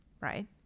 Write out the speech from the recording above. right